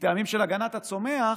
מטעמים של הגנת הצומח,